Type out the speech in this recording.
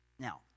Now